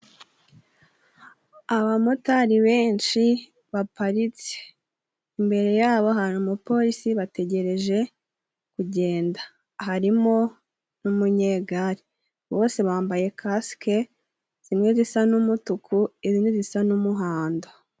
Abamotari benshi baparitse imbere yabo hari umupolisi, bategereje kugenda, harimo umunyegari bose bambaye Kasike zimwe zisa n'umutuku izindi risa n'umuhondo.